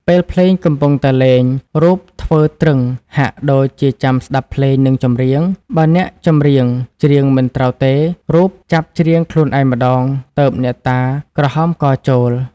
ពេលភ្លេងកំពុងតែលេង រូបធ្វើទ្រឹង ហាក់ដូចជាចាំស្តាប់ភ្លេង និងចម្រៀង បើអ្នកចម្រៀងច្រៀងមិនត្រូវទេ រូបចាប់ច្រៀងខ្លួនឯងម្តង ទើបអ្នកតាក្រហមកចូល ។